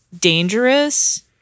dangerous